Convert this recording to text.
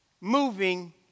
moving